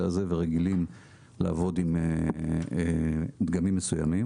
הזה ורגילים לעבוד עם דגמים מסוימים,